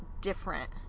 different